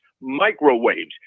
microwaves